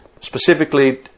specifically